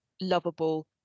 lovable